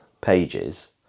pages